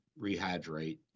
rehydrate